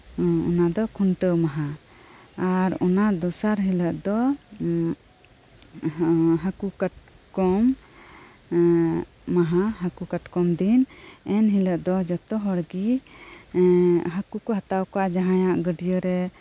ᱚᱱᱟᱫᱚ ᱠᱷᱩᱱᱴᱟᱹᱣ ᱢᱟᱦᱟ ᱟᱨ ᱚᱱᱟ ᱫᱚᱥᱟᱨ ᱦᱤᱞᱟᱹᱜ ᱫᱚᱦᱟᱠᱩ ᱠᱟᱴᱠᱚᱢ ᱢᱟᱦᱟ ᱦᱟᱠᱩ ᱠᱟᱴᱠᱚᱢ ᱫᱤᱱ ᱮᱱᱦᱤᱞᱟᱹᱜ ᱫᱚ ᱡᱚᱛᱚ ᱦᱚᱲᱜᱤᱦᱟᱠᱩ ᱠᱩ ᱦᱟᱛᱟᱣᱠᱚᱣᱟ ᱡᱟᱦᱟᱸᱭᱟᱜ ᱜᱟᱹᱰᱭᱟᱹᱨᱮ